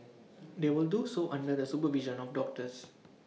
they will do so under the supervision of doctors